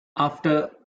after